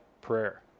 prayer